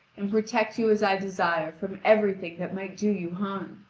and protect you as i desire from everything that might do you harm!